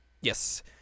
yes